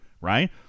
right